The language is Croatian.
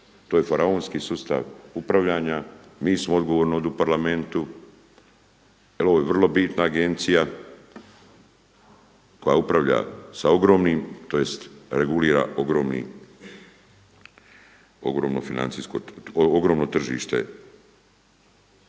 To je faraonski sustav upravljanja. Mi smo odgovorni ovdje u Parlamentu jer ovo je vrlo bitna agencija koja upravlja sa ogromnim, tj. regulira ogromno